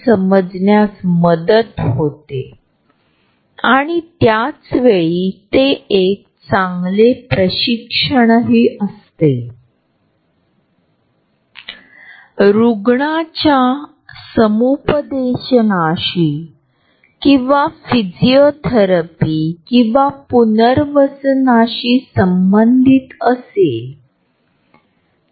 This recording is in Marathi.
हा एक बफर आहे जो आम्हाला एकमेकांच्या फुग्यांमध्ये घुसखोरी न करता दुसऱ्याबरोबर दिवसभर काम चालू ठेवू देतो